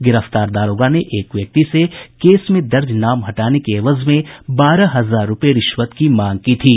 गिरफ्तार दारोगा ने एक व्यक्ति से केस में दर्ज नाम हटाने के एवज में बारह हजार रूपये रिश्वत की मांग की थी